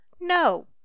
No